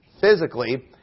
physically